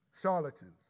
charlatans